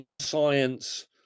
science